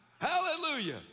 Hallelujah